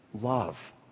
love